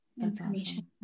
information